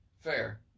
Fair